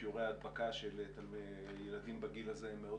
שיעורי ההדבקה של ילדים בגיל הזה הם מאוד